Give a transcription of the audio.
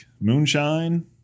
moonshine